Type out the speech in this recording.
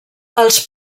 els